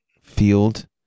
field